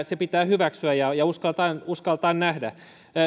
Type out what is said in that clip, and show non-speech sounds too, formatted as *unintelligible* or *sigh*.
*unintelligible* se pitää hyväksyä ja ja uskaltaa nähdä